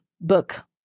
book